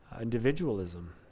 individualism